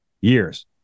years